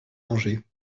mangé